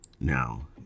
Now